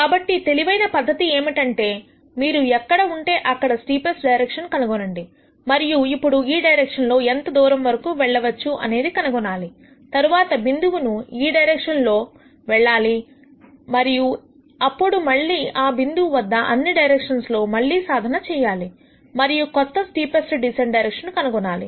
కాబట్టి తెలివైన పద్ధతి ఏమిటంటే మీరు ఎక్కడ ఉంటే అక్కడ స్టీపెస్ట్ డైరెక్షన్ ను కనుగొనండి మరియు ఇప్పుడు ఈ డైరెక్షన్ లో ఎంత దూరం వరకు వెళ్ళవచ్చు అనేది కనుగొనాలి తరువాత బిందువుకు ఈ డైరెక్షన్ లో వెళ్లాలి మరియు అప్పుడు మళ్ళీ ఆ బిందువు వద్ద అన్ని డైరెక్షన్స్ లో మళ్లీ సాధన చేయాలి మరియు కొత్త స్టీపెస్ట్ డీసెంట్ డైరెక్షన్ ను కనుగొనాలి